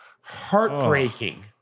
heartbreaking